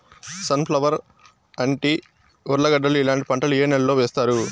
Sun flower, అంటి, ఉర్లగడ్డలు ఇలాంటి పంటలు ఏ నెలలో వేస్తారు?